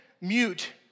mute